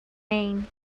mean